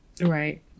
Right